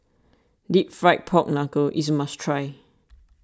Deep Fried Pork Knuckle is must try